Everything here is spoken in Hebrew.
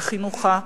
בחינוכך,